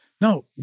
No